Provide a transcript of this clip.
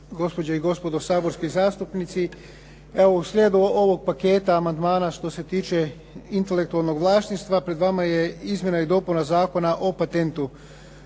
Gospođe i gospodo saborski zastupnici, evo u slijedu ovog paketa amandmana što se tiče intelektualnog vlasništva pred vama je izmjena i dopuna Zakona o patentu